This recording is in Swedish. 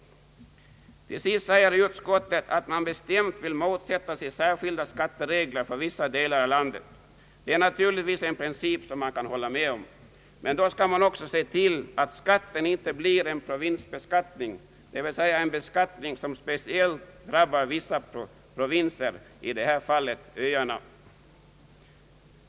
Till sist säger utskottet att man bestämt vill motsätta sig särskilda skatteregler för vissa delar av landet. Detta är naturligtvis en princip som man kan hålla med om. Men då skall man också se till att skatten inte blir en provinsbeskattning, dvs. en beskattning som speciellt drabbar vissa provinser, i detta fall öarna.